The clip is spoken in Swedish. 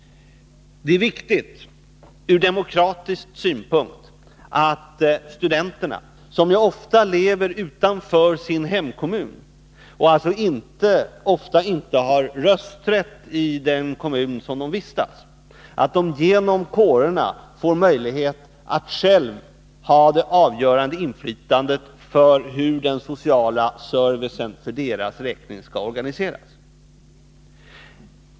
Det är viktigt ur demokratisk synpunkt att studenterna, som ofta lever utanför sin hemkommun och alltså inte har rösträtt i den kommun där de vistas, genom kårerna får möjlighet att själva ha det avgörande inflytandet på hur den sociala servicen för deras räkning skall organiseras.